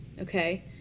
okay